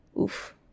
Oof